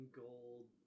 gold